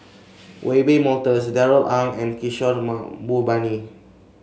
Wiebe Wolters Darrell Ang and Kishore Mahbubani